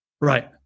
Right